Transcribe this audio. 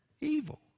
evil